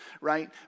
right